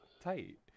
tight